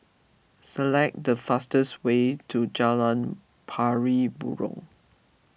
select the fastest way to Jalan Pari Burong